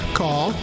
call